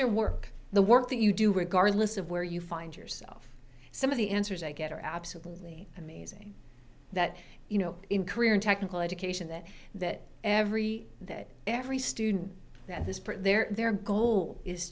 your work the work that you do regardless of where you find yourself some of the answers i get are absolutely amazing that you know in career and technical education that that every that every student that this part their goal is